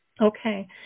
Okay